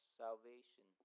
salvation